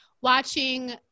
watching